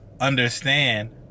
understand